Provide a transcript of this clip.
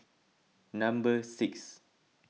number six